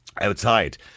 outside